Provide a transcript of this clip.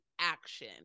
action